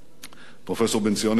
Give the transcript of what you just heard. פרופסור בנציון נתניהו,